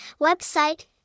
website